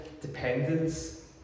dependence